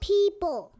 People